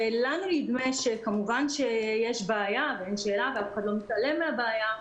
ולנו נדמה כמובן שיש בעיה ואין שאלה ואף אחד לא מתעלם מהבעיה,